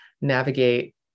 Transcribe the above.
navigate